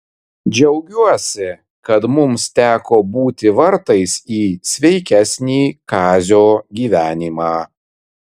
džiaugiuosi kad mums teko būti vartais į sveikesnį kazio gyvenimą